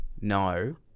no